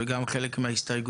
וגם חלק מההסתייגויות.